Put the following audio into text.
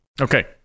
okay